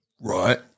Right